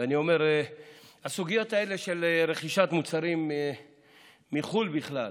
ואני אומר שהסוגיות האלה של רכישת מוצרים מחו"ל בכלל,